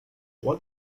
what